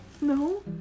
No